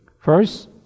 First